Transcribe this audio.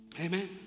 Amen